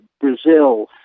Brazil